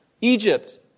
Egypt